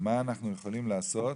מה אנחנו יכולים לעשות